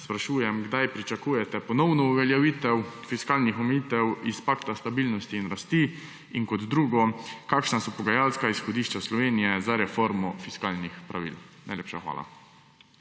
sprašujem: Kdaj pričakujete ponovno uveljavitev fiskalnih omejitev iz pakta za stabilnost in rast? Kakšna so pogajalska izhodišča Slovenije za reformo fiskalnih pravil? Najlepša hvala.